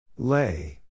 Lay